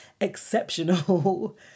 exceptional